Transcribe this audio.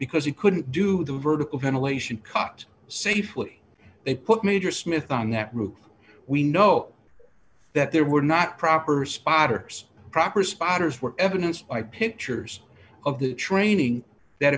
because he couldn't do the vertical ventilation cut safely they put major smith on that route we know that there were not proper spotters proper spotters were evidenced by pictures of the training that